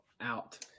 out